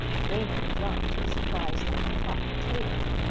reynard dropped his prize like a hot potato,